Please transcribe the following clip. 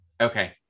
Okay